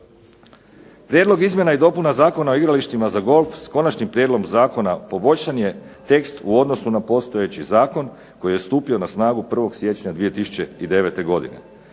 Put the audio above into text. Prijedlog izmjena i dopuna Zakona o igralištima za golf s konačnim prijedlogom zakona poboljšan je tekst u odnosu na postojeći zakon koji je stupio na snagu 1. siječnja 2009. godine,